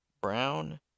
Brown